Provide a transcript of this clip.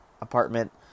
apartment